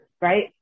right